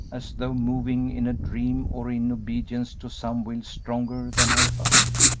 as though moving in a dream or in obedience to some will stronger than her own,